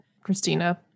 christina